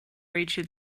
reached